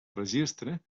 registre